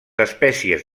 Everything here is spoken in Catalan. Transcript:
espècies